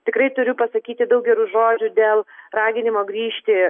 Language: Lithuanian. tikrai turiu pasakyti daug gerų žodžių dėl raginimo grįžti